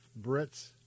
Brits